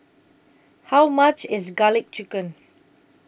How much IS Garlic Chicken